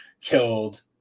killed